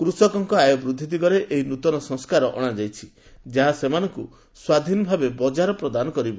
କୃଷକଙ୍କ ଆୟ ବୃଦ୍ଧି ଦିଗରେ ଏହି ନ୍ନତନ ସଂସ୍କାର ଅଣାଯାଇଛି ଯାହା ସେମାନଙ୍କୁ ସ୍ୱାଧୀନ ବଜାର ପ୍ରଦାନ କରିବ